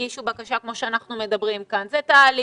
הגישו בקשה כמו שאנחנו מדברים כאן אלא זה תהליך,